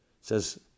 says